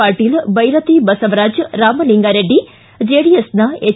ಪಾಟೀಲ್ ಬೈರತಿ ಬಸವರಾಜ್ ಹಾಗೂ ರಾಮಲಿಂಗಾ ರೆಡ್ಡಿ ಜೆಡಿಎಸ್ನ ಎಚ್